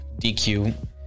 DQ